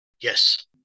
yes